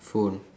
phone